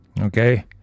Okay